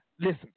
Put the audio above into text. listen